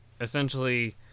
essentially